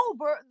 over